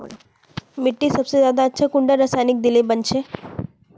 मिट्टी सबसे ज्यादा अच्छा कुंडा रासायनिक दिले बन छै?